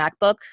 MacBook